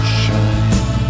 shine